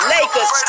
Lakers